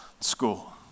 school